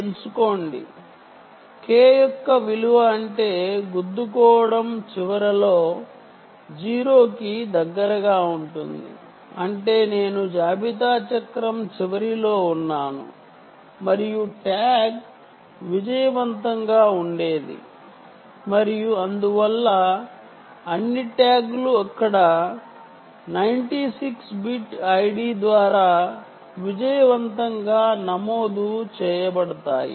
K యొక్క విలువను ఎంచుకోవడంలో ఇన్వెంటరీ సైకిల్ చివరిలో ఢీకొనడం 0 కి దగ్గరగా ఉండేలా K యొక్క విలువను ఎంచుకుంటారు మరియు ట్యాగ్ విజయవంతంగా ఉండేది మరియు అందువల్ల అన్ని ట్యాగ్లు అక్కడ 96 బిట్ ID ద్వారా విజయవంతంగా నమోదు చేయబడతాయి